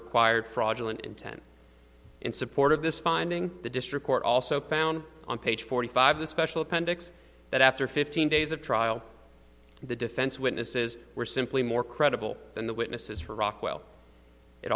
required fraudulent intent in support of this finding the district court also found on page forty five the special appendix that after fifteen days of trial the defense witnesses were simply more credible than the witnesses for rockwell it